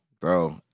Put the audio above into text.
bro